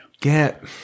Get